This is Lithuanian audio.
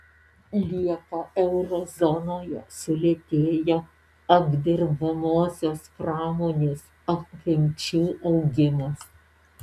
liepą euro zonoje sulėtėjo apdirbamosios pramonės apimčių augimas